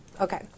Okay